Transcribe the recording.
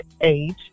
age